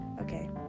Okay